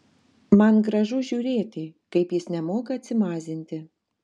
man gražu žiūrėti kaip jis nemoka atsimazinti